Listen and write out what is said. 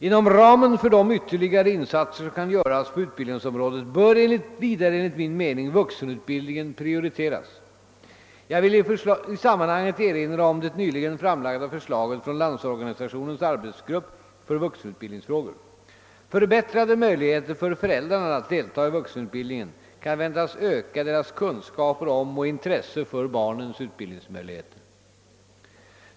Inom ramen för de ytterligare insatser som kan göras på utbildningsområdet bör vidare enligt min mening vuxenutbildningen prioriteras. Jag vill i sammanhanget erinra om det nyligen framlagda förslaget från Landsorganisationens arbetsgrupp för vuxenutbildningsfrågor. Förbättrade möjligheter för föräldrarna att delta i vuxenutbildningen kan väntas öka deras kunskaper om och intresse för barnens utbildningsmöjligheter.